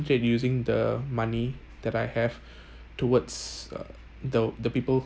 using the money that I have towards uh the the people